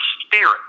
spirit